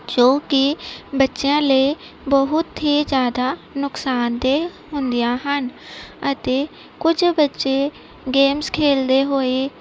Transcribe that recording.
ਜੋ ਕਿ ਬੱਚਿਆਂ ਲਈ ਬਹੁਤ ਹੀ ਜ਼ਿਆਦਾ ਨੁਕਸਾਨਦੇਹ ਹੁੰਦੀਆਂ ਹਨ ਅਤੇ ਕੁਝ ਬੱਚੇ ਗੇਮਸ ਖੇਡਦੇ ਹੋਏ